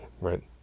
right